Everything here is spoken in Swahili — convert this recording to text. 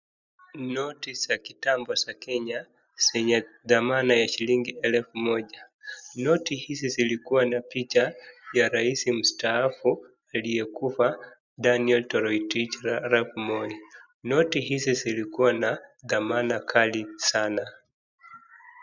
Noti za kitambo za Kenya zenye dhamana ya shilingi elfu moja. Noti hizi zilikua na picha ya rasi mustaafu aliyekufa Daniel Toroitich Arap Moi. Noti hizi zilikuwa na dhamana kali sana.